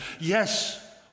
yes